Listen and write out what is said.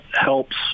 helps